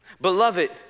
Beloved